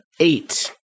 eight